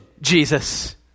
Jesus